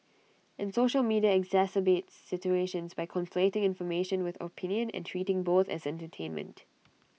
and social media exacerbates situations by conflating information with opinion and treating both as entertainment